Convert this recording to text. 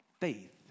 faith